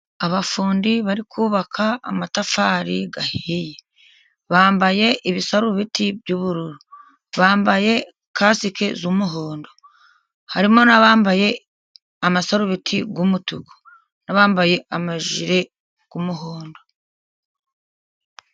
Abafundi bari kubaka amatafari ahiye. Bambaye ibisarubeti by'ubururu, bambaye kasike z'umuhondo, harimo n'abambaye amasarubeti y'umutuku, n'abambaye amajire y'umuhondo.